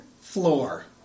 floor